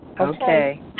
Okay